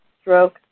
stroke